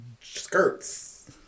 skirts